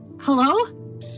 Hello